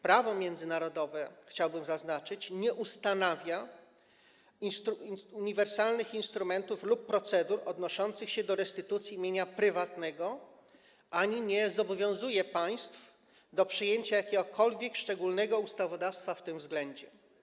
Prawo międzynarodowe, chciałbym zaznaczyć, nie ustanawia uniwersalnych instrumentów lub procedur odnoszących się do restytucji mienia prywatnego ani nie zobowiązuje państw do przyjęcia jakiegokolwiek szczególnego ustawodawstwa w tym względzie.